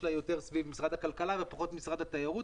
שלה היא יותר סביב משרד הכלכלה ופחות משרד התיירות.